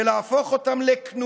ולהפוך אותם, תודה.